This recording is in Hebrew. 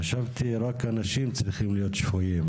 חשבתי שרק אנשים צריכים להיות שפויים,